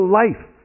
life